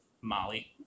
Molly